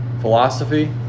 philosophy